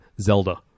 Zelda